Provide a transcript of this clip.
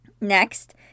Next